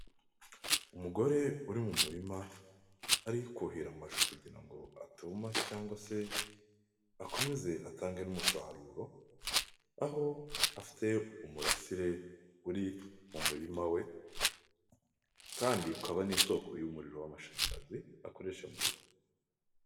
Umugore uri mu murima, ari kuhira amashu kugira ngo atuma cyangwa se akomeze atange n'umusaruro, aho afite umurasire uri mu murima we, kandi ukaba n'isoko y'umuriro w'amashanyarazi, akoresha mu rugo.